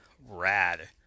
Rad